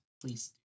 please